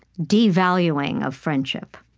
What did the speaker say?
devaluing of friendship.